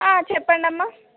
చెప్పండమ్మ